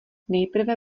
nejprve